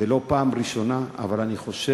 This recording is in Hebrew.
זו לא פעם ראשונה, אבל אני חושב,